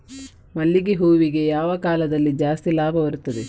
ಮಲ್ಲಿಗೆ ಹೂವಿಗೆ ಯಾವ ಕಾಲದಲ್ಲಿ ಜಾಸ್ತಿ ಲಾಭ ಬರುತ್ತದೆ?